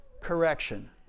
correction